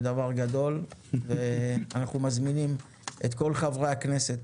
אנחנו מזמינים את כל חברי הכנסת